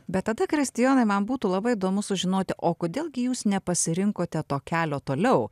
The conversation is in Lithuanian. bet tada kristijonai man būtų labai įdomu sužinoti o kodėl gi jūs nepasirinkote to kelio toliau